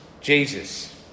Jesus